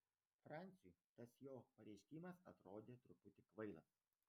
franciui tas jo pareiškimas atrodė truputį kvailas